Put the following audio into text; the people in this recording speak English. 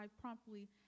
promptly